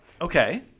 Okay